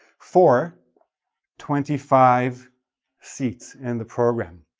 for twenty five seats in the program.